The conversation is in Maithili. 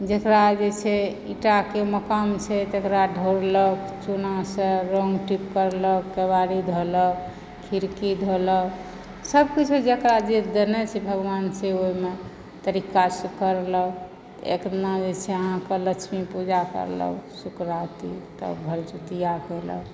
जकरा जे छै ईटाके मकान छै तकरा ढोड़लक चूनासँ रङ्ग टीप करलक केबारी धोलक खिड़की धोलक सभकिछो जकरा जे देने छै भगवान से ओहिमे तरीकासँ करलक एक दिना जे छै अहाँक लक्ष्मी पूजा करलक सुकराती तब भरदुतिआ कयलक